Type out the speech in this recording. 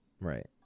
Right